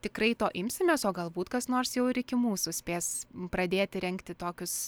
tikrai to imsimės o galbūt kas nors jau ir iki mūsų spės pradėti rengti tokius